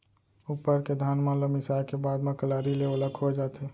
उप्पर के धान मन ल मिसाय के बाद म कलारी ले ओला खोय जाथे